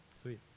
Sweet